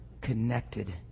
Connected